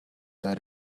that